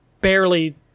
barely